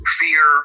fear